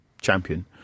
champion